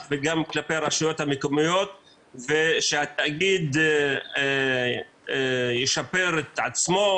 וגם כלפי הרשויות המקומיות ושהתאגיד ישפר את עצמו,